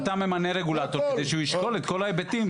אתה ממנה רגולטור כדי שהוא ישקול את כל ההיבטים.